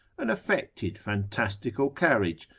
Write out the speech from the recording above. an affected fantastical carriage,